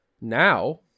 Now